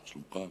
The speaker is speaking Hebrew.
מה שלומך?